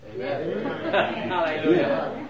Hallelujah